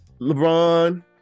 LeBron